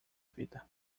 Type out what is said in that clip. vida